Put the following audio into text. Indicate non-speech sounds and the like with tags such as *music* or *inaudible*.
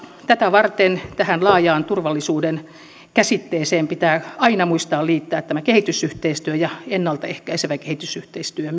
tätä varten tähän laajaan turvallisuuden käsitteeseen pitää aina muistaa liittää kehitysyhteistyö ja myös ennalta ehkäisevä kehitysyhteistyö *unintelligible*